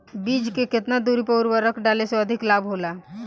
बीज के केतना दूरी पर उर्वरक डाले से अधिक लाभ होला?